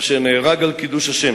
אשר נהרג על קידוש השם,